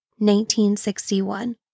1961